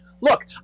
look